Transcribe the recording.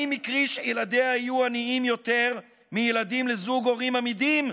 האם מקרי שילדיה יהיו עניים יותר מילדים לזוג הורים אמידים?